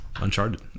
Uncharted